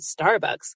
Starbucks